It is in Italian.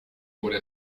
vuole